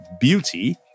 beauty